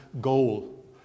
goal